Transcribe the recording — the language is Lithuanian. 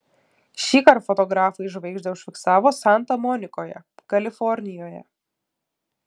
šįkart fotografai žvaigždę užfiksavo santa monikoje kalifornijoje